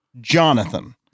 jonathan